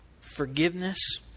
Forgiveness